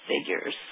figures